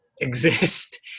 exist